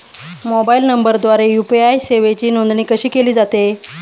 Mobile नंबरद्वारे UPI सेवेची नोंदणी कशी केली जाते?